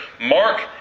Mark